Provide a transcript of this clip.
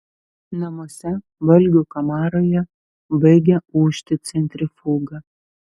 namuose valgių kamaroje baigia ūžti centrifuga